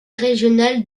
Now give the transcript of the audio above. régionale